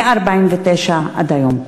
מ-1949 עד היום.